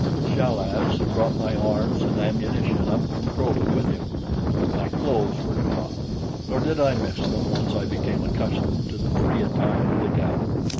chal-az had brought my arms and ammunition up from kro-lu with him but my clothes were gone nor did i miss them once i became accustomed to the free attire of the galu.